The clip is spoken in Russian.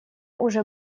уже